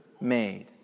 made